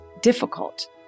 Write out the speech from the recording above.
difficult